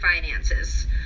finances